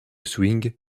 swing